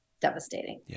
devastating